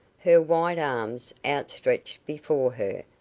her white arms outstretched before her,